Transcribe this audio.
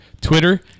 Twitter